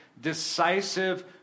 decisive